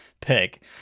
pick